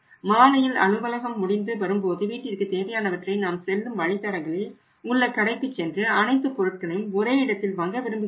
மாலையில் அலுவலகம் முடிந்து வரும்போது வீட்டிற்கு தேவையானவற்றை நாம் செல்லும் வழித்தடங்களில் உள்ள கடைக்குச் சென்று அனைத்து பொருட்களையும் ஒரே இடத்தில் வாங்க விரும்புகிறோம்